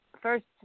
First